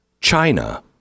china